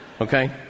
Okay